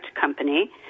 company